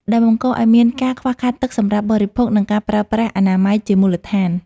ដែលបង្កឱ្យមានការខ្វះខាតទឹកសម្រាប់បរិភោគ និងការប្រើប្រាស់អនាម័យជាមូលដ្ឋាន។